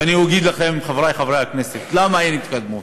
ואני אגיד לכם, חברי חברי הכנסת, למה אין התקדמות.